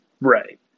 Right